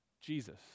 Jesus